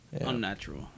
unnatural